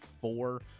four